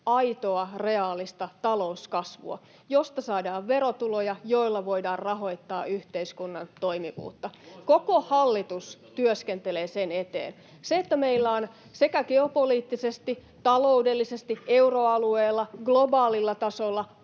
aitoa, reaalista talouskasvua, josta saadaan verotuloja, joilla voidaan rahoittaa yhteiskunnan toimivuutta. Koko hallitus työskentelee sen eteen. Se, että meillä on sekä geopoliittisesti että taloudellisesti euroalueella ja globaalilla tasolla